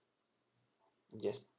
yes